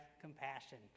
compassion